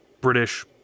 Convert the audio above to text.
British